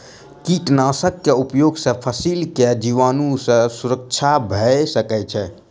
कीटनाशक के उपयोग से फसील के जीवाणु सॅ सुरक्षा भअ सकै छै